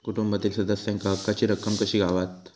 कुटुंबातील सदस्यांका हक्काची रक्कम कशी गावात?